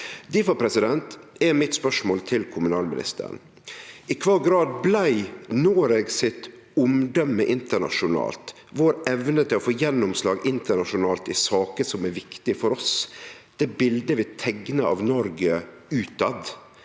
Difor er mitt spørsmål til kommunalministeren: I kva grad blei Noreg sitt omdøme internasjonalt, vår evne til å få gjennomslag internasjonalt i saker som er viktige for oss, det bildet vi teiknar av Noreg ute,